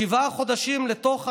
שבעה חודשים לתוך העניין,